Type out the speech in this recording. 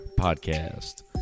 Podcast